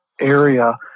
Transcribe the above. area